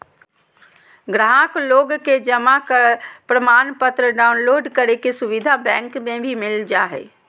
गाहक लोग के जमा प्रमाणपत्र डाउनलोड करे के सुविधा बैंक मे भी मिल जा हय